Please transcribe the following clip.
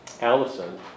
Allison